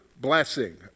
blessing